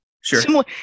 Sure